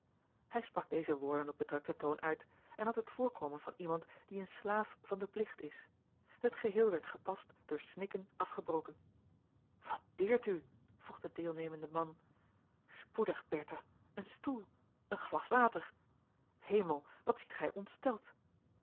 hij sprak deze woorden op bedrukten toon uit en had het voorkomen van iemand die een slaaf van den pligt is het geheel werd gepast door snikken afgebroken george een ongeluksvogel wat deert u vroeg de deelnemende man spoedig bertha een stoel een glas water hemel wat ziet gij ontsteld